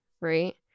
Right